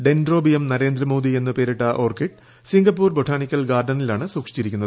dendrobium Narendra Modi എന്ന് പേരിട്ട orchid Singapore botanical ഗാർഡനചലാഠ് സൂക്ഷിച്ചിരിക്കുന്നത്